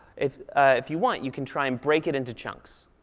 if ah if you want, you can try and break it into chunks.